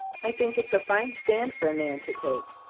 i think it's a fine stand for a man to take.